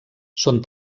són